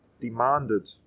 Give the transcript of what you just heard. demanded